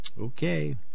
Okay